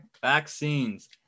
vaccines